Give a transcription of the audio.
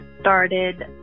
started